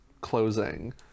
closing